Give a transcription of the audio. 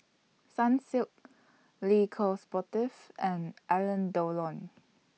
Sunsilk Le Coq Sportif and Alain Delon